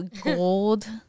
gold